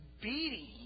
beating